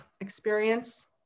experience